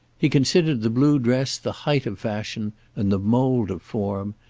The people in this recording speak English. he considered the blue dress the height of fashion and the mold of form,